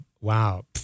wow